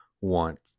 want